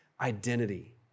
identity